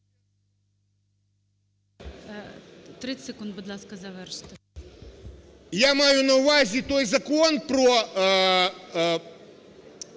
Я маю на увазі той Закон про